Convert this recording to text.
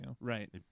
Right